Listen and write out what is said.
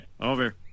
Over